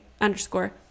underscore